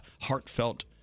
heartfelt